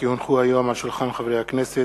כי הונחו היום על שולחן הכנסת,